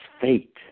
fate